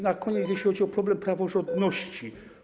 Na koniec jeśli chodzi o problem praworządności.